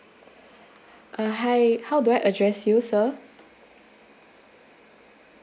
uh hi how do I address you sir